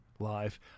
live